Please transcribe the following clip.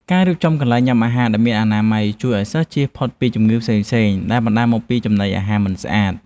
ការរៀបចំកន្លែងញ៉ាំអាហារដែលមានអនាម័យជួយឱ្យសិស្សជៀសផុតពីជំងឺផ្សេងៗដែលបណ្តាលមកពីចំណីអាហារមិនស្អាត។